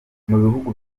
bihugu